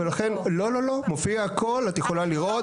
לא, לא, מופיע הכל, את יכולה לראות.